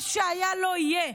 מה שהיה לא יהיה.